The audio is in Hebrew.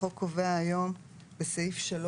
החוק קובע היום בסעיף 3